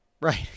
Right